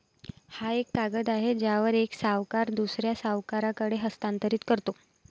हा एक कागद आहे ज्यावर एक सावकार दुसऱ्या सावकाराकडे हस्तांतरित करतो